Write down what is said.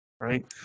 right